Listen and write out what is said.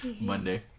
Monday